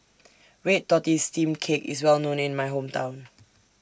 Red Tortoise Steamed Cake IS Well known in My Hometown